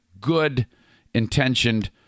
good-intentioned